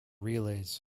relays